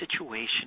situation